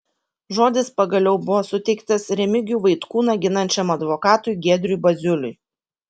žodis pagaliau buvo suteiktas remigijų vaitkūną ginančiam advokatui giedriui baziuliui